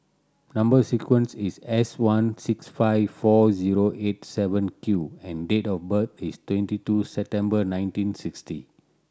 number sequence is S one six five four zero eight seven Q and date of birth is twenty two September nineteen sixty